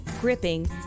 gripping